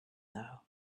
though